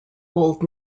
old